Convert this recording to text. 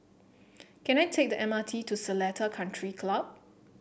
can I take the M R T to Seletar Country Club